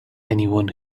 anyone